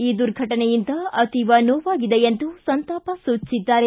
ಈ ದುರ್ಘಟನೆಯಿಂದ ಅತೀವ ನೋವಾಗಿದೆ ಎಂದು ಸಂತಾಪ ಸೂಚಿಸಿದ್ದಾರೆ